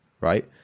Right